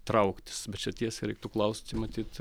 trauktis bet čia tiesiai reiktų klausti matyt